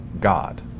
god